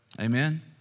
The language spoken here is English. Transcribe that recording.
Amen